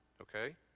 okay